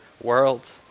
world